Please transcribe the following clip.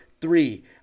three